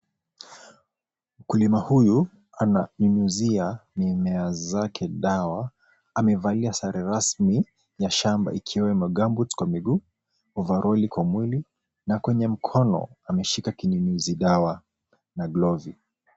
Mkulima huyu ananyunyuzia mimea zake dawa amevalia sare rasmi ya shamba ikiwemo gumboot kwa miguu, ovaroli kwa mwili na kwenye mkono ameshika kinyunyuzi dawa na glovu.